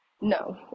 No